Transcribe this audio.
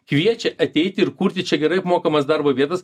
kviečia ateiti ir kurti čia gerai apmokamas darbo vietas